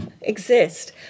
exist